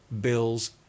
bills